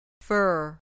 Fur